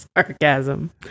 sarcasm